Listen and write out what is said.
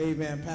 Amen